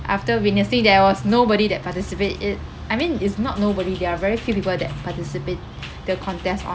after witnessing there was nobody that participate it I mean it's not nobody there are very few people that participate the contest